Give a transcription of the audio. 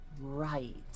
Right